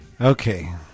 Okay